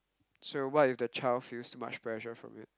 so what if the child feels much pressure from it